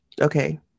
Okay